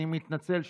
אני מתנצל שהתערבתי.